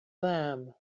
them